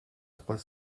trois